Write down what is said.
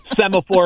semaphore